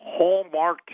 hallmarked